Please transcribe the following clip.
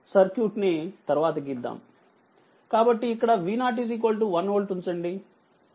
కాబట్టి ఇక్కడ V0 1 volt ఉంచండి